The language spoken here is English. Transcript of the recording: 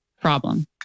problem